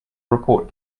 report